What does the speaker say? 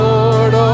Lord